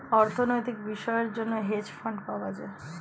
অর্থনৈতিক বিষয়ের জন্য হেজ ফান্ড পাওয়া যায়